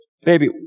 Baby